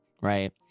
right